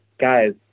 guys